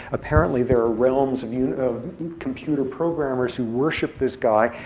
apparently, there are realms of you know of computer programmers who worship this guy.